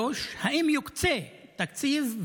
3. האם יוקצה תקציב?